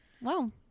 Wow